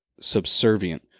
subservient